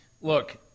Look